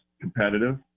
competitive